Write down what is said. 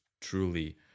truly